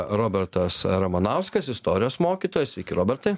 robertas ramanauskas istorijos mokytojas sveiki robertai